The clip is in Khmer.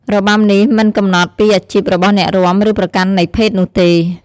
របាំនេះមិនកំណត់ពីអាជីពរបស់អ្នករាំ ឬប្រកាន់នៃភេទនោះទេ។